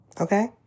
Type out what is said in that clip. Okay